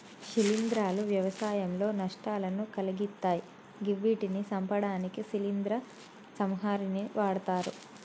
శిలీంద్రాలు వ్యవసాయంలో నష్టాలను కలిగిత్తయ్ గివ్విటిని సంపడానికి శిలీంద్ర సంహారిణిని వాడ్తరు